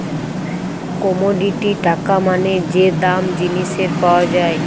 commodity টাকা মানে যে দাম জিনিসের পাওয়া যায়